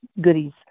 goodies